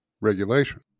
regulation